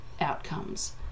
outcomes